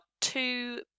two